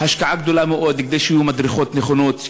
השקעה גדולה מאוד כדי שיהיו מדרכות נכונות,